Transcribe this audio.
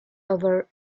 over